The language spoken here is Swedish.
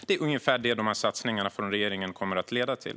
Det är ungefär det som de här satsningarna från regeringen kommer att leda till.